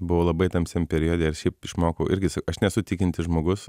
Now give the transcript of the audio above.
buvau labai tamsiam periode ir šiaip išmokau irgi aš nesu tikintis žmogus